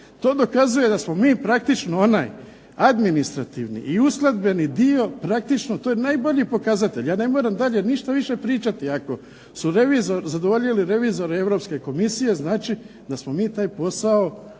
To dokazuje da smo mi praktično onaj administrativni i uskladbeni dio praktično, to je najbolji pokazatelj, ja ne moram dalje ništa više pričati ako su zadovoljili revizori Europske Komisije znači da smo mi taj posao odradili.